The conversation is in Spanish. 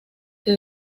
que